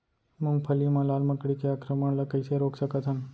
मूंगफली मा लाल मकड़ी के आक्रमण ला कइसे रोक सकत हन?